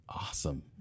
Awesome